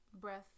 breath